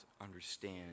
understand